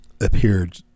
appeared